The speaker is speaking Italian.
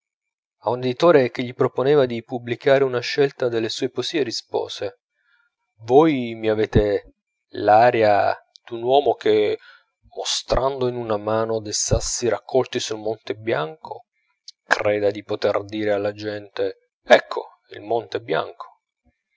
editore che gli proponeva di pubblicare una scelta delle sue poesie rispose voi mi avete l'aria d'un uomo che mostrando in una mano dei sassi raccolti sul monte bianco creda di poter dire alla gente ecco il monte bianco